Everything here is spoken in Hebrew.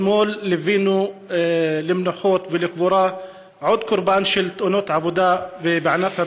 אתמול ליווינו למנוחות ולקבורה עוד קורבן של תאונות עבודה בענף הבניין,